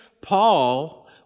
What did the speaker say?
Paul